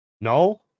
No